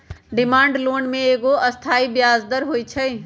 demand loan में एगो अस्थाई ब्याज दर होइ छइ